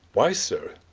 why, sir,